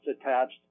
attached